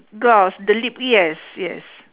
gloss the lip yes yes